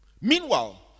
Meanwhile